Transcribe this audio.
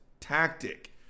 tactic